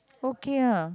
okay ah